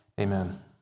Amen